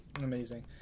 Amazing